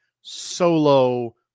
solo